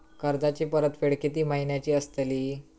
कर्जाची परतफेड कीती महिन्याची असतली?